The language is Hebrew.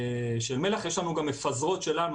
יש לנו גם מפזרות שלנו,